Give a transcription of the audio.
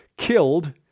killed